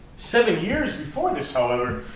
seven years before this, however,